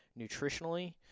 nutritionally